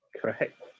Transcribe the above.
Correct